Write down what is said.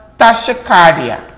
tachycardia